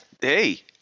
Hey